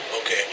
Okay